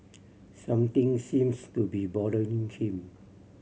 something seems to be bothering him